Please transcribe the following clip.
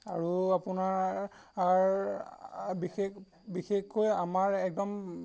আৰু আপোনাৰ আৰ বিশেষ বিশেষকৈ আমাৰ একদম